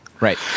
Right